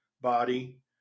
body